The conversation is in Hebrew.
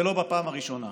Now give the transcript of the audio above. ולא בפעם הראשונה.